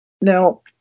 Now